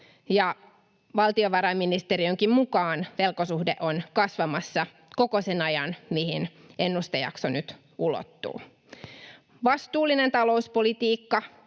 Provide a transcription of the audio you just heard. valtiovarainministeriönkin mukaan velkasuhde on kasvamassa koko sen ajan, mihin ennustejakso nyt ulottuu. Vastuullinen talouspolitiikka,